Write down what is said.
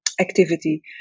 activity